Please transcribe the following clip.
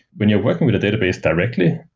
when you're working with a database directly,